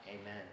amen